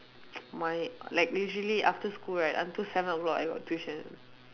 my like usually after school right until seven o-clock I got tuition